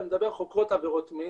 אני מדבר על חוקרות עבירות מין.